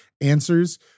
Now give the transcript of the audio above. answers